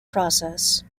process